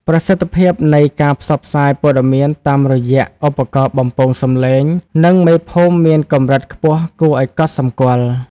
ប្រសិទ្ធភាពនៃការផ្សព្វផ្សាយព័ត៌មានតាមរយៈឧបករណ៍បំពងសំឡេង និងមេភូមិមានកម្រិតខ្ពស់គួរឱ្យកត់សម្គាល់។